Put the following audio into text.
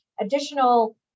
additional